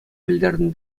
пӗлтернӗ